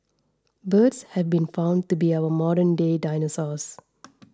birds have been found to be our modernday dinosaurs